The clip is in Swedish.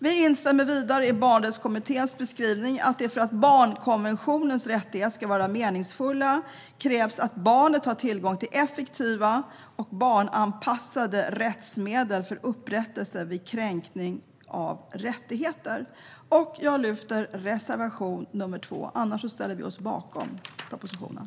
Vi instämmer vidare i Barnrättskommitténs beskrivning att det för att barnkonventionens rättigheter ska vara meningsfulla krävs att barnet ska ha tillgång till effektiva och barnanpassade rättsmedel för upprättelse vid kränkning av rättigheter. Jag yrkar bifall till reservation nr 2. I övrigt ställer vi oss bakom propositionen.